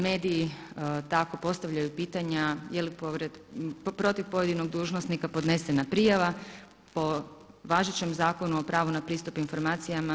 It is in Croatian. Mediji tako postavljaju pitanja je li protiv pojedinog dužnosnika podnesena prijava po važećem Zakonu o pravu na pristup informacijama.